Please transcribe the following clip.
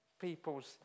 people's